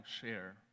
share